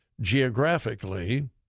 geographically